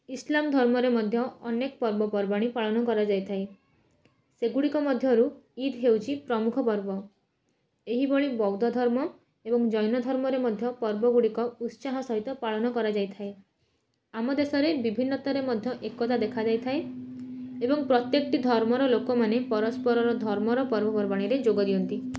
ଇସଲାମ୍ ଧର୍ମରେ ମଧ୍ୟ ଅନେକ ପର୍ବପର୍ବାଣୀ ପାଳନ କରାଯାଇଥାଏ ସେଗୁଡ଼ିକ ମଧ୍ୟରୁ ଇଦ୍ ହେଉଚି ପ୍ରମୁଖ ପର୍ବ ଏହିଭଳି ବୌଦ୍ଧ ଧର୍ମ ଏବଂ ଜୈନଧର୍ମରେ ମଧ୍ୟ ପର୍ବଗୁଡ଼ିକ ଉତ୍ସାହ ସହିତ ପାଳନ କରାଯାଇଥାଏ ଆମ ଦେଶରେ ବିଭିନ୍ନତାରେ ମଧ୍ୟ ଏକତା ଦେଖାଯାଇଥାଏ ଏବଂ ପ୍ରତ୍ୟେକଟି ଧର୍ମର ଲୋକମାନେ ପରସ୍ପରର ଧର୍ମର ପର୍ବପର୍ବାଣୀରେ ଯୋଗ ଦିଅନ୍ତି